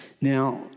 Now